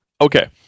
Okay